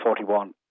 41